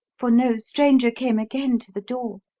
for no stranger came again to the door.